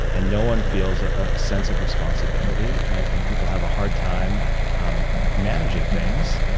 and no one feels a sense of responsibility, and people have a hard time um managing things,